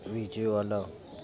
visual